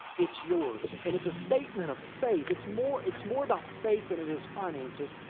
it's yours. and it's a statement of faith. it's more it's more about faith than it is finances.